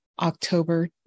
October